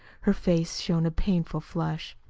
her face showed a painful flush.